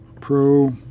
Pro